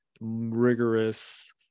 Rigorous